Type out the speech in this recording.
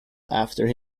after